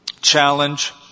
challenge